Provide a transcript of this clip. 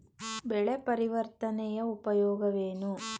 ಬೆಳೆ ಪರಿವರ್ತನೆಯ ಉಪಯೋಗವೇನು?